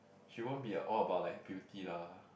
she wouldn't be a all about like beauty lah